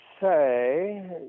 say